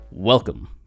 Welcome